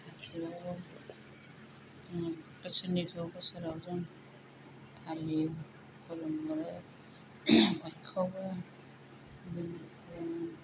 गासैआवबो बोसोरनिखौ बोसोराव जों फालियो खुलुमहरो बयखौबो जों फालियो